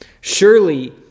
Surely